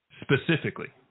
specifically